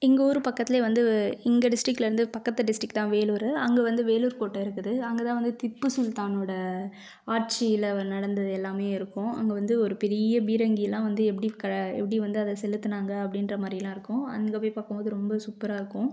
எங்கள் ஊர் பக்கத்திலே வந்து இங்கே டிஸ்ட்டிரிக்லருந்து பக்கத்து டிஸ்ட்டிரிக் தான் வேலூர் அங்கே வந்து வேலூர் கோட்டை இருக்குது அங்கே தான் வந்து திப்பு சுல்தானோடய ஆட்சியில் நடந்த எல்லாமே இருக்கும் அங்கே வந்து ஒரு பெரிய பீரங்கியெலாம் வந்து எப்படி க எப்படி வந்து அதை செலுத்தினாங்க அப்படின்ற மாதிரிலாம் இருக்கும் அங்கே போய் பார்க்கும் போது ரொம்ப சூப்பராக இருக்கும்